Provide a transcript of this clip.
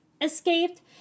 escaped